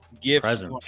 gifts